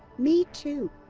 me too!